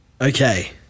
Okay